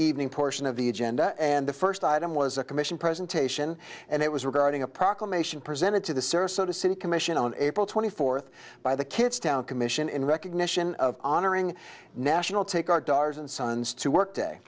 evening portion of the agenda and the first item was a commission presentation and it was regarding a proclamation presented to the surface of a city commission on april twenty fourth by the kids town commission in recognition of honoring national take our daughters and sons to work day